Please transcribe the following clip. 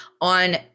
on